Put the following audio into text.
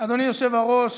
אדוני היושב-ראש,